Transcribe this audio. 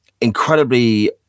incredibly